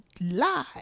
lie